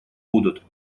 будут